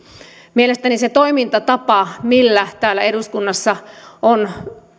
mielestäni se toimintatapa millä täällä eduskunnassa on